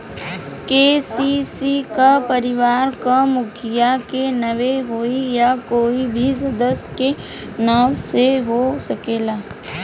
KCC का परिवार के मुखिया के नावे होई या कोई भी सदस्य के नाव से हो सकेला?